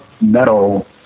metal